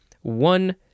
One